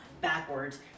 backwards